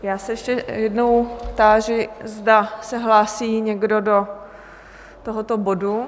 Já se ještě jednou táži, zda se hlásí někdo do tohoto bodu?